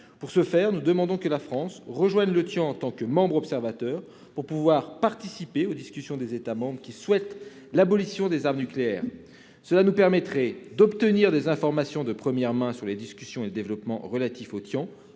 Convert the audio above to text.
Pour ce faire, nous voulons que notre pays rejoigne le Tian en tant que membre observateur pour pouvoir participer aux discussions des États membres qui souhaitent l'abolition des armes nucléaires. Cela nous permettrait d'obtenir des informations de première main sur les discussions et les développements relatifs à ce